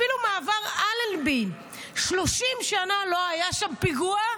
אפילו מעבר אלנבי, 30 שנה לא היה שם פיגוע.